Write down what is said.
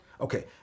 Okay